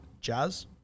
Jazz